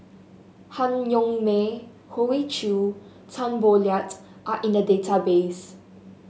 Han Yong May Hoey Choo Tan Boo Liat are in the database